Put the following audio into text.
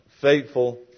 faithful